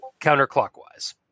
counterclockwise